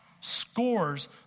scores